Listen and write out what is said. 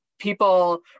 People